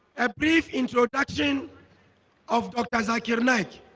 a brief introduction of dr. zakir naik